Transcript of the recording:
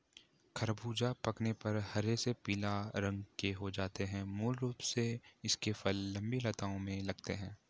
ख़रबूज़ा पकने पर हरे से पीले रंग के हो जाते है मूल रूप से इसके फल लम्बी लताओं में लगते हैं